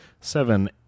seven